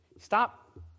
Stop